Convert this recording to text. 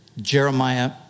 Jeremiah